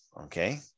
Okay